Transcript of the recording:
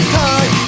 time